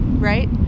Right